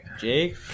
jake